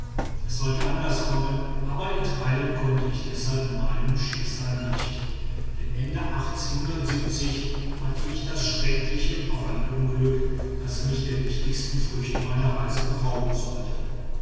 es sollte anders kommen aber enteilen konnte ich deshalb meinem schicksal nicht denn ende hatte ich das schreckliche brandunglück das mich der wichtigsten früchte meiner reise berauben sollte